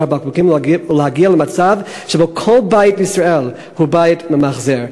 הבקבוקים ולהגיע למצב שבו כל בית בישראל הוא בית ממחזר.